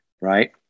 right